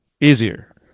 easier